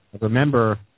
remember